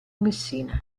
messina